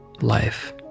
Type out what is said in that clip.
life